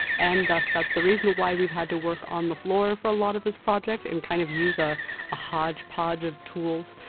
and thus, that's the reason why we've had to work on the floor for a lot of this project and kind of use ah a hodgepodge of tools.